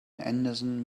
anderson